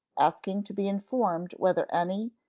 asking to be informed whether any,